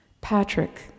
Patrick